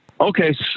Okay